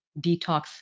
detox